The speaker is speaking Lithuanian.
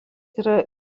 yra